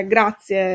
Grazie